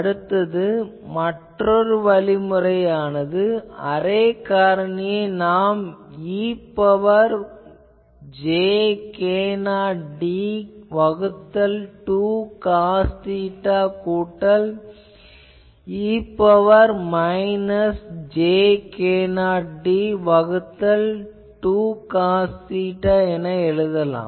அடுத்த மற்றொரு அணுகுமுறையானது அரே காரணியை நாம் e ன் பவர் j k0d வகுத்தல் 2 காஸ் தீட்டா கூட்டல் e ன் பவர் மைனஸ் j k0d வகுத்தல் 2 காஸ் தீட்டா என எழுதலாம்